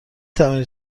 توانید